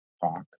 talk